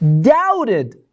doubted